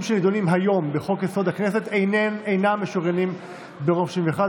שנדונים היום בחוק-יסוד: הכנסת אינם משוריינים ברוב של 61,